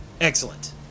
Excellent